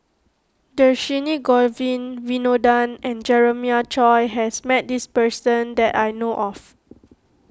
Dhershini Govin Winodan and Jeremiah Choy has met this person that I know of